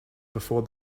before